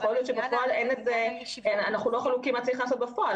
יכול להיות שאנחנו לא חלוקים מה צריך לעשות בפועל,